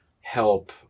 help